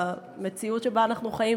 במציאות שבה אנחנו חיים,